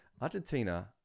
Argentina